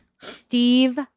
Steve